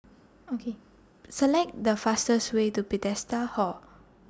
O K Select The fastest Way to Bethesda Hall